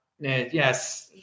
Yes